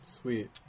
Sweet